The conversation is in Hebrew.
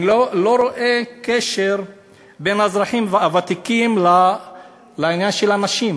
אני לא רואה קשר בין האזרחים הוותיקים לעניין של הנשים,